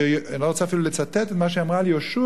אני לא רוצה אפילו לצטט את מה שהיא אמרה על יהושע,